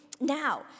Now